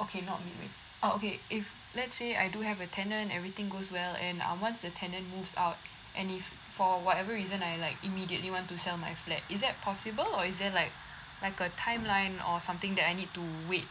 okay not midway oh okay if let's say I do have a tenant everything goes well and uh once the tenant moves out and if for whatever reason I like immediately want to sell my flat is that possible or is there like like a timeline or something that I need to wait